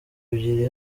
ebyiri